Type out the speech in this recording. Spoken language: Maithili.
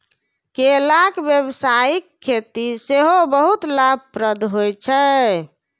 केलाक व्यावसायिक खेती सेहो बहुत लाभप्रद होइ छै